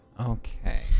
Okay